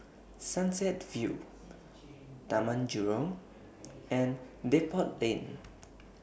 Sunset View Taman Jurong and Depot Lane